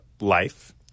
life